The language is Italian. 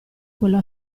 quello